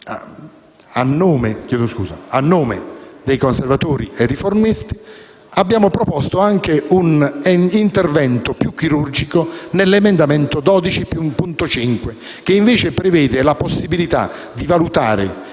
a nome dei Conservatori e Riformisti, abbiamo proposto anche un intervento più chirurgico nell'emendamento 12.5, che prevede la possibilità di valutare